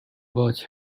bought